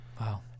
Wow